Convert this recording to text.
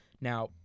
Now